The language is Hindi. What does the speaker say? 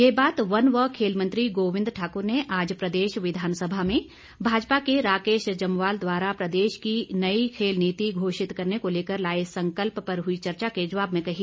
यह बात वन व खेल मंत्री गोबिंद ठाक्र ने आज प्रदेश विधानसभा में भाजपा के राकेश जंवाल द्वारा प्रदेश की नई खेल घोषित करने को लेकर लाए संकल्प पर हुई चर्चा के जवाब में कही